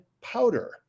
powder